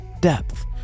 depth